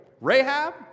Rahab